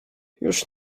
już